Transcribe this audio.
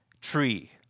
tree